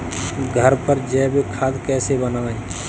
घर पर जैविक खाद कैसे बनाएँ?